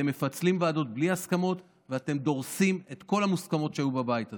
אתם מפצלים ועדות בלי הסכמות ואתם דורסים את כל המוסכמות שהיו בבית הזה.